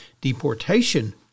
deportation